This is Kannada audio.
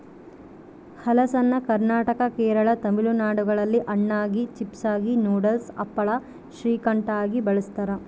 ಹಲಸನ್ನು ಕರ್ನಾಟಕ ಕೇರಳ ತಮಿಳುನಾಡುಗಳಲ್ಲಿ ಹಣ್ಣಾಗಿ, ಚಿಪ್ಸಾಗಿ, ನೂಡಲ್ಸ್, ಹಪ್ಪಳ, ಶ್ರೀಕಂಠ ಆಗಿ ಬಳಸ್ತಾರ